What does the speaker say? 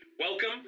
Welcome